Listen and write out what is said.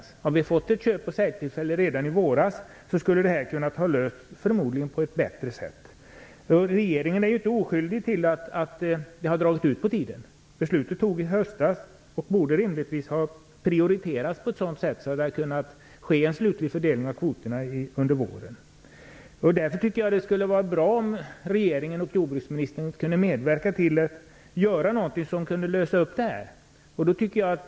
Hade vi fått ett köp och säljtillfälle redan i våras skulle det förmodligen ha kunnat lösts på ett bättre sätt. Regeringen är inte oskyldig till att det har dragit ut på tiden. Beslutet fattades i höstas och borde rimligtvis ha prioriterats på ett sådant sätt att en slutlig fördelning av kvoterna kunnat ske under våren. Det skulle därför vara bra om regeringen och jordbruksministern kunde medverka till att göra något som kunde lösa problemet.